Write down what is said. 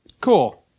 Cool